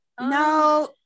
No